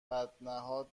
بدنهاد